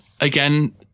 again